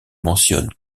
mentionnent